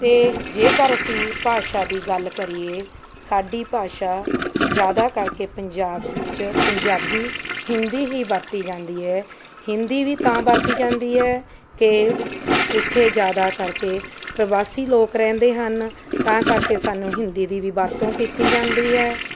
ਅਤੇ ਜੇਕਰ ਅਸੀਂ ਭਾਸ਼ਾ ਦੀ ਗੱਲ ਕਰੀਏ ਸਾਡੀ ਭਾਸ਼ਾ ਜ਼ਿਆਦਾ ਕਰਕੇ ਪੰਜਾਬ ਵਿੱਚ ਪੰਜਾਬੀ ਹਿੰਦੀ ਹੀ ਵਰਤੀ ਜਾਂਦੀ ਹੈ ਹਿੰਦੀ ਵੀ ਤਾਂ ਵਰਤੀ ਜਾਂਦੀ ਹੈ ਕਿ ਇੱਥੇ ਜ਼ਿਆਦਾ ਕਰਕੇ ਪ੍ਰਵਾਸੀ ਲੋਕ ਰਹਿੰਦੇ ਹਨ ਤਾਂ ਕਰਕੇ ਸਾਨੂੰ ਹਿੰਦੀ ਦੀ ਵੀ ਵਰਤੋਂ ਕੀਤੀ ਜਾਂਦੀ ਹੈ